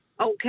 Okay